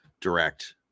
direct